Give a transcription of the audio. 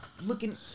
looking